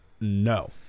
no